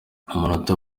amanota